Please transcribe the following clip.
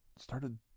started